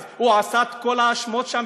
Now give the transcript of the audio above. אז הוא עשה את כל ההאשמות שם,